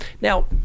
Now